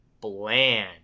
bland